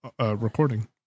recording